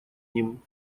ним